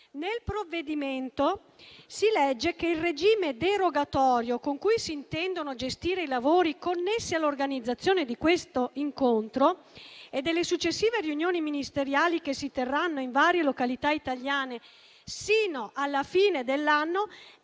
Nel provvedimento si legge che il regime derogatorio con cui si intendono gestire i lavori connessi all'organizzazione di questo incontro e delle successive riunioni ministeriali che si terranno in varie località italiane sino alla fine dell'anno